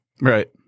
Right